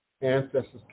ancestors